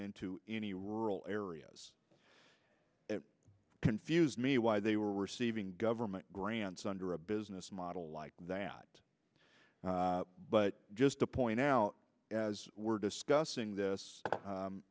into any rural areas confuse me why they were receiving government grants under a business model like that but just to point out as we're discussing this